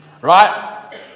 right